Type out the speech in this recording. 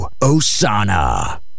osana